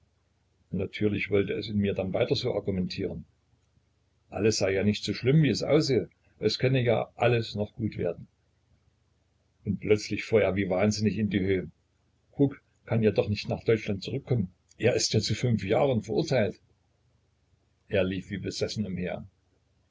natürlich wollte es in mir dann weiter so argumentieren alles sei ja nicht so schlimm wie es aussehe es könne ja alles noch gut werden und plötzlich fuhr er wie wahnsinnig in die höhe kruk kann ja doch nicht nach deutschland zurückkommen er ist ja zu fünf jahren verurteilt er lief wie besessen umher